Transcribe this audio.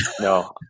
no